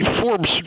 Forbes